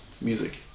music